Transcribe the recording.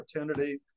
opportunity